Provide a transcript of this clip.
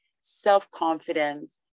self-confidence